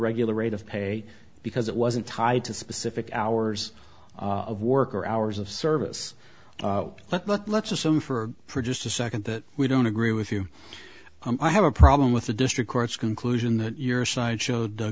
regular rate of pay because it wasn't tied to specific hours of work or hours of service let's assume for for just a second that we don't agree with you i have a problem with the district court's conclusion that your side showed